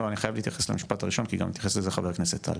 אני חייב להתייחס למשפט הראשון כי גם התייחס לזה חבר הכנסת טל.